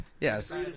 Yes